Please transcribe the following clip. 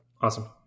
awesome